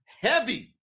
heavy